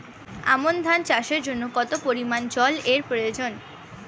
আমন ধান চাষের জন্য কত পরিমান জল এর প্রয়োজন?